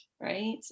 right